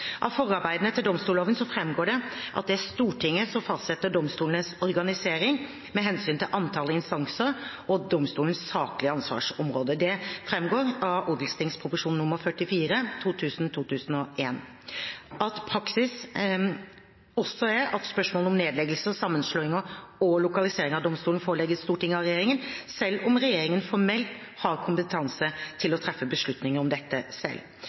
Av forarbeidene til domstolloven framgår det at det er Stortinget som fastsetter domstolenes organisering med hensyn til antall instanser og domstolenes saklige ansvarsområder. Det framgår av Ot.prp. nr. 44 for 2000–2001 at «praksis er også at spørsmål om nedleggelser, sammenslåinger og lokalisering av domstoler forelegges Stortinget av regjeringen, selv om regjeringen formelt har kompetanse til å treffe beslutninger om dette selv».